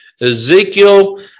Ezekiel